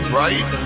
right